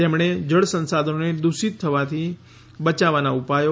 તેમણે જળ સંશાધનોને દૂષિત થવાની બયાવવાનાં ઉપાયો